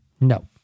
No